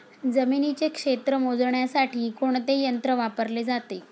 जमिनीचे क्षेत्र मोजण्यासाठी कोणते यंत्र वापरले जाते?